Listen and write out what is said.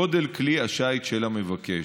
גודל כלי השיט של המבקש.